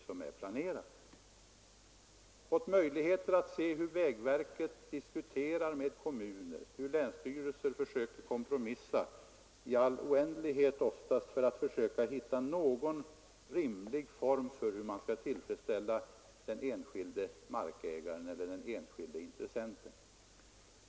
Han skulle då också ha fått kännedom om hur vägverket diskuterar med kommuner och hur länsstyrelser försöker kompromissa — oftast i all oändlighet — för att försöka hitta någon rimlig form för hur man skall kunna tillfredsställa den enskilde markägaren eller den enskilde intressenten.